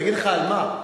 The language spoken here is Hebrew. אני אגיד לך על מה,